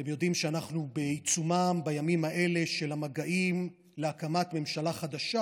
אתם יודעים שאנחנו בימים האלה בעיצומם של המגעים להקמת ממשלה חדשה,